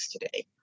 today